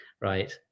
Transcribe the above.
right